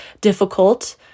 difficult